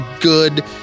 good